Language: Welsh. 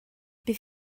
bydd